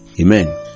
Amen